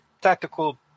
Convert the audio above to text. tactical